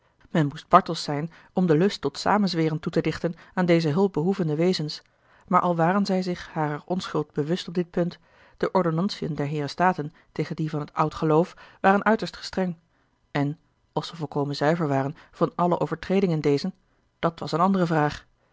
men moest bartels zijn om den lust tot samenzweren toe te dichten aan deze hulpbehoevende wezens maar al waren zij zich harer onschuld bewust op dit punt de ordonnantiën der heeren staten tegen die van t oud geloof waren uiterst gestreng en of ze a l g bosboom-toussaint de delftsche wonderdokter eel volkomen zuiver waren van alle overtreding in dezen dat was eene andere vraag